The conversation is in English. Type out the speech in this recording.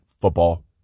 Football